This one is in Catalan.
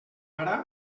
ara